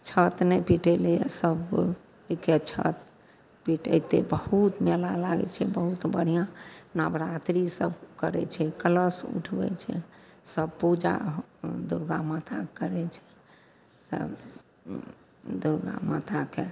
छत नहि पिटेलैए सब जे देतै छत पिटेतै बहुत मेला लागै छै बहुत बढ़िआँ नवरात्रि सभ करै छै कलश उठबै छै सभ पूजा दुरगा माताके करै छै सभ दुरगा माताके